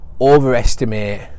overestimate